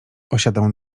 osiadał